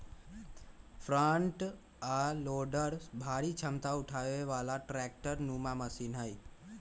front आ loader भारी क्षमता उठाबे बला ट्रैक्टर नुमा मशीन हई